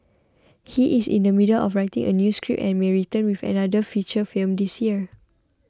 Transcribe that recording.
he is in the middle of writing a new script and may return with another feature film this year